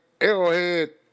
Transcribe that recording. Arrowhead